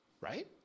right